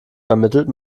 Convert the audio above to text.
vermittelt